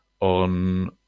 on